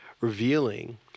revealing